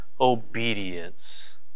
obedience